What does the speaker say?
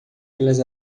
pelas